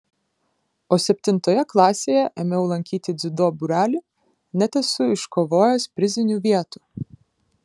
o septintoje klasėje ėmiau lankyti dziudo būrelį net esu iškovojęs prizinių vietų